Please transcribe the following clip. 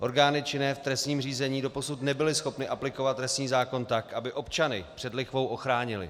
Orgány činné v trestním řízení doposud nebyly schopny aplikovat trestní zákon tak, aby občany před lichvou ochránily.